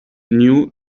knew